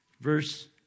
verse